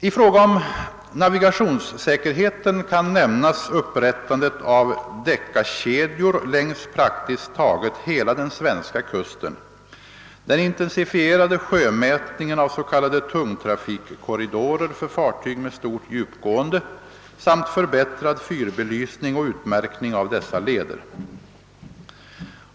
I fråga om navigationssäkerheten kan nämnas upprättandet av Decca-kedjor längs praktiskt taget hela den svenska kusten, den intensifierade sjömätningen av s.k. tungtrafikkorridorer för fartyg med stort djupgående samt förbättrad fyrbelysning och utmärkning av dessa leder.